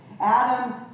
Adam